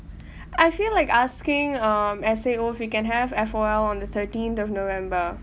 I feel like asking um S_A_O if we can have F_O_L on the thirteenth of november